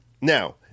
now